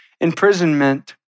imprisonment